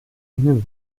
ihnen